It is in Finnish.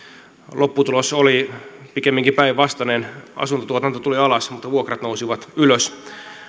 lopputulos oli pikemminkin päinvastainen asuntotuotanto tuli alas mutta vuokrat nousivat ylös